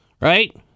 Right